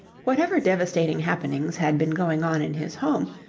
whatever devastating happenings had been going on in his home,